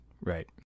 Right